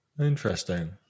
interesting